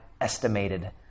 estimated